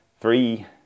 three